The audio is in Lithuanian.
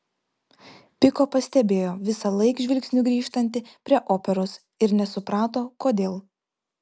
piko pastebėjo visąlaik žvilgsniu grįžtanti prie operos ir nesuprato kodėl